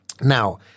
now